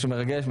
משהו מרגש?